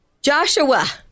Joshua